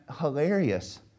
hilarious